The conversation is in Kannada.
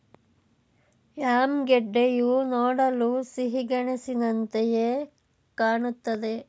ಯಾಮ್ ಗೆಡ್ಡೆಯು ನೋಡಲು ಸಿಹಿಗೆಣಸಿನಂತೆಯೆ ಕಾಣುತ್ತದೆ